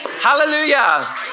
Hallelujah